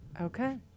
Okay